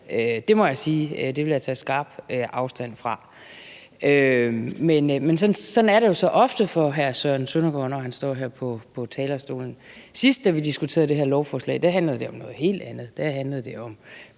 Det må jeg sige jeg vil tage skarpt afstand fra, men sådan er det så jo ofte for hr. Søren Søndergaard, når han står her på talerstolen. Sidst, da vi diskuterede det her lovforslag, handlede det om noget helt andet.